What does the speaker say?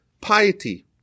piety